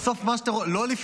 כנראה שלא הבנת.